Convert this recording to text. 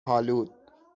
آلود